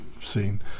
seen